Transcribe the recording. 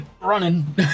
Running